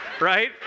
right